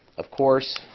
of course,